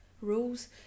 rules